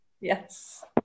Yes